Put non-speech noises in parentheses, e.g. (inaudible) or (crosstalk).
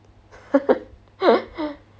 (laughs)